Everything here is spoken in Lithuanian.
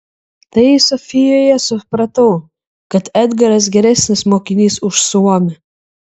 tai sofijoje supratau kad edgaras geresnis mokinys už suomį